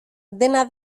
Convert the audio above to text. dena